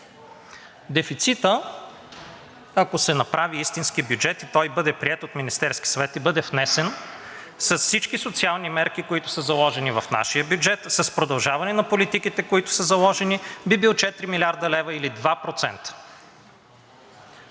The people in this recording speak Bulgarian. Дефицитът, ако се направи истински бюджет и той бъде приет от Министерския съвет и бъде внесен с всички социални мерки, които са заложени в нашия бюджет – с продължаване на политиките, които са заложени, би бил 4 млрд. лв., или 2%.